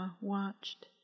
watched